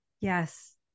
Yes